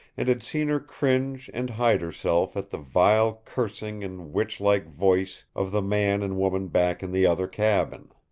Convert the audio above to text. and had seen her cringe and hide herself at the vile cursing and witch-like voice of the man and woman back in the other cabin.